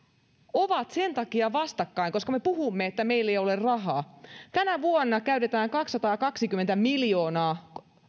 ovat sen takia vastakkain koska me puhumme että meillä ei ole rahaa tänä vuonna annetaan kunnille käytetään kaksisataakaksikymmentä miljoonaa